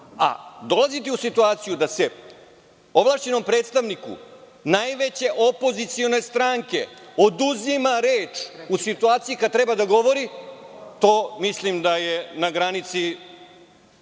a dolaziti u situaciju da se ovlašćenom predstavniku najveće opozicione stranke oduzima reč u situaciji kada treba da govori, to mislim da je na granici,